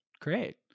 great